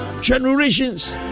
generations